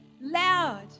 loud